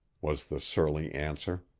was the surly answer.